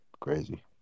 Crazy